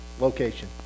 location